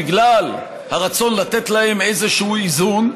בגלל הרצון לתת להם איזשהו איזון,